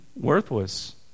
worthless